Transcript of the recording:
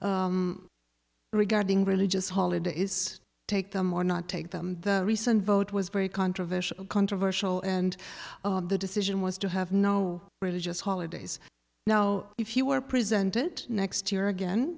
time regarding religious holidays take them or not take the recent vote was very controversial controversial and the decision was to have no religious holidays now if you were presented next year again